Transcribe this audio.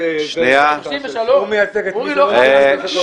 הוא מייצג את מי שלא --- הוא לא מייצג את מי ש --- אורי,